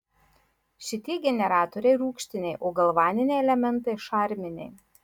šitie generatoriai rūgštiniai o galvaniniai elementai šarminiai